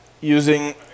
using